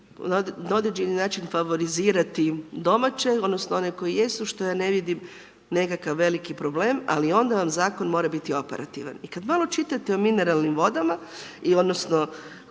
na određeni način favorizirati domaće odnosno one koji jesu što ja ne vidim nekakav veliki problem ali onda vam zakon mora biti operativan. I kad malo čitate o mineralnim vodama koje